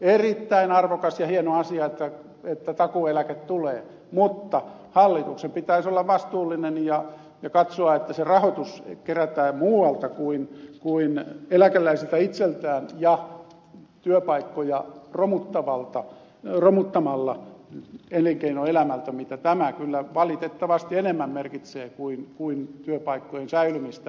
erittäin arvokas ja hieno asia että takuueläke tulee mutta hallituksen pitäisi olla vastuullinen ja katsoa että se rahoitus kerätään muualta kuin eläkeläisiltä itseltään ja työpaikkoja romuttamalla elinkeinoelämältä mitä tämä kyllä valitettavasti enemmän merkitsee kuin työpaikkojen säilymistä